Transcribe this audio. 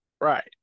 right